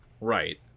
Right